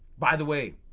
by the way,